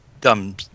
dumb